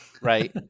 right